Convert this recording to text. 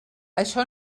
això